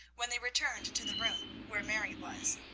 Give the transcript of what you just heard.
when they returned to the room where mary was,